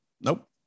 nope